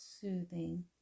soothing